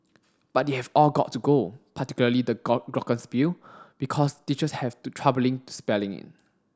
but they've all got to go particularly the glockenspiel because teachers have to troubling spelling it